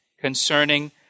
concerning